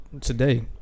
today